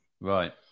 right